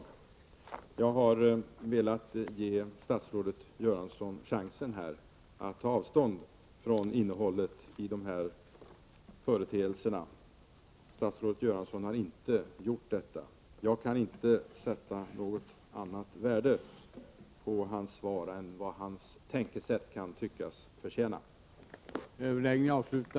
Jag har velat ge statsrådet Göransson chansen att ta avstånd från innehållet i dessa företeelser. Statsrådet Göransson har inte gjort det. Jag kan inte göra någon annan värdering av hans svar än vad hans tankesätt synes förtjäna.